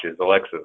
Alexa